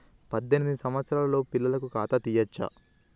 పద్దెనిమిది సంవత్సరాలలోపు పిల్లలకు ఖాతా తీయచ్చా?